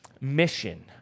mission